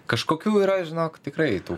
kažkokių yra žinok tikrai tų